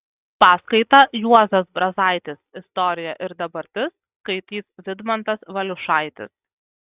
paskaitą juozas brazaitis istorija ir dabartis skaitys vidmantas valiušaitis